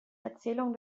erzählung